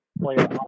Player